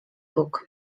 bóg